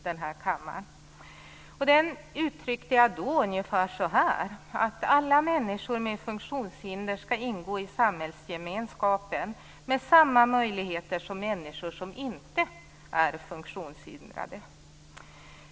Den uttryckte jag då ungefär som att alla människor med funktionshinder skall ingå i samhällsgemenskapen med samma möjligheter som människor som inte är funktionshindrade.